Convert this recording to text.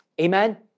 Amen